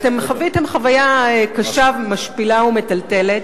אתם חוויתם חוויה קשה, משפילה ומטלטלת,